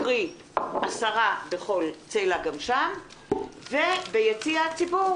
קרי עשרה בכל צלע גם שם וביציע הציבור